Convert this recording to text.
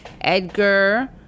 Edgar